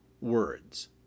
words